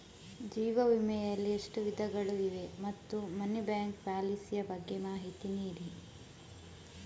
ಜೀವ ವಿಮೆ ಯಲ್ಲಿ ಎಷ್ಟು ವಿಧಗಳು ಇವೆ ಮತ್ತು ಮನಿ ಬ್ಯಾಕ್ ಪಾಲಿಸಿ ಯ ಬಗ್ಗೆ ಮಾಹಿತಿ ನೀಡಿ?